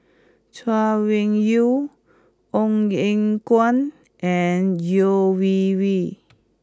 Chay Weng Yew Ong Eng Guan and Yeo Wei Wei